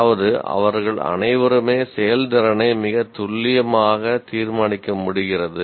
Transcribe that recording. அதாவது அவர்கள் அனைவருமே செயல்திறனை மிகத் துல்லியமாக தீர்மானிக்க முடிகிறது